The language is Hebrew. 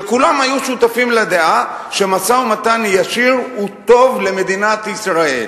שכולם היו שותפים לדעה שמשא-ומתן ישיר הוא טוב למדינת ישראל